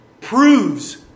proves